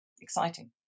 exciting